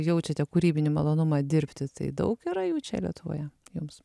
jaučiate kūrybinį malonumą dirbti tai daug yra jų čia lietuvoje jums